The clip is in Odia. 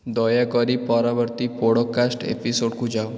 ଦୟାକରି ପରବର୍ତ୍ତୀ ପୋଡ଼କାଷ୍ଟ ଏପିସୋଡ଼କୁ ଯାଅ